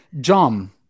John